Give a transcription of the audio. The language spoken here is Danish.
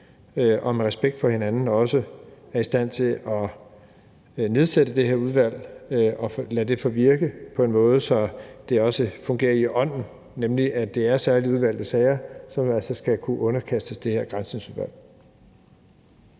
som med respekt for hinanden også er i stand til at nedsætte det her udvalg og lade det få virke på en måde, så det også fungerer i ånden, nemlig at det er særlig udvalgte sager, som altså skal kunne underkastes det her Granskningsudvalg.